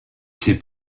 ses